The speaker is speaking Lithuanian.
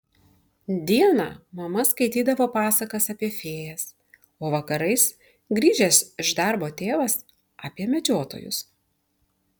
dieną mama skaitydavo pasakas apie fėjas o vakarais grįžęs iš darbo tėvas apie medžiotojus